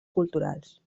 culturals